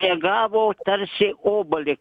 tegavo tarsi obuolį